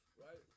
right